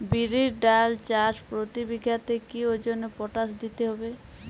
বিরির ডাল চাষ প্রতি বিঘাতে কি ওজনে পটাশ দিতে হবে?